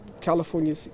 California